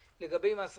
לגבי מס רכישה,